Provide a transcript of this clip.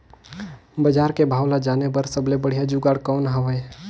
बजार के भाव ला जाने बार सबले बढ़िया जुगाड़ कौन हवय?